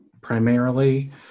primarily